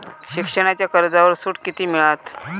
शिक्षणाच्या कर्जावर सूट किती मिळात?